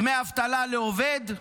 דמי אבטלה לעובד,